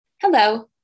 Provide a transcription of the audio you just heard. Hello